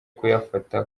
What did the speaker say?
kuyafata